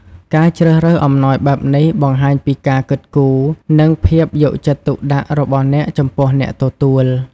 ការជ្រើសរើសអំណោយបែបនេះ បង្ហាញពីការគិតគូរ និងភាពយកចិត្តទុកដាក់របស់អ្នកចំពោះអ្នកទទួល។